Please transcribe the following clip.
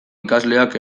ikasleak